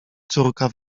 córka